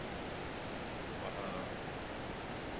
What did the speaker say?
वहाँ